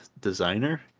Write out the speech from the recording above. designer